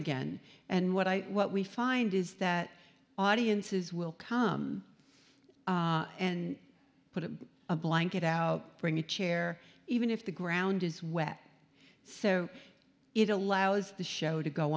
again and what i what we find is that audiences will come and put a blanket out bring a chair even if the ground is wet so it allows the show to go